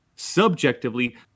Subjectively